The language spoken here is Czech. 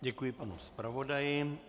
Děkuji panu zpravodaji.